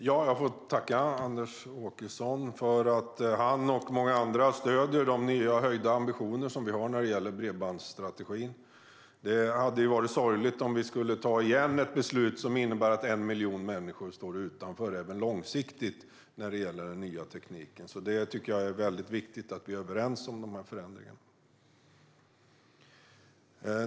Herr talman! Jag tackar Anders Åkesson för att han och många andra stöder de nya och höjda ambitioner vi har när det gäller bredbandsstrategin. Det hade varit sorgligt om vi åter skulle fatta ett beslut som innebär att 1 miljon människor står utanför, även långsiktigt, när det gäller den nya tekniken. Jag tycker att det är viktigt att vi är överens om förändringen.